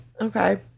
Okay